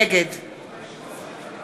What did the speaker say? נגד